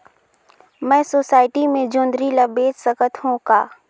मैं सोसायटी मे जोंदरी ला बेच सकत हो का?